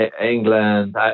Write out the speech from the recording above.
England